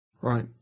right